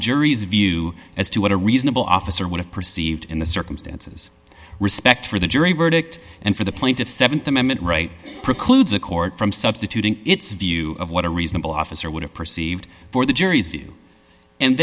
jury's view as to what a reasonable officer would have perceived in the circumstances respect for the jury verdict and for the plaintiff's th amendment right precludes the court from substituting its view of what a reasonable officer would have perceived for the jury